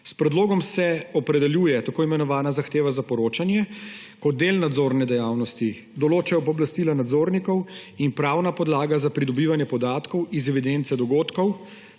S predlogom se opredeljuje tako imenovana zahteva za poročanje kot del nadzorne dejavnosti, določajo se pooblastila nadzornikov in pravna podlaga za pridobivanje podatkov iz evidence dogodkov